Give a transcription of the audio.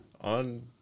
On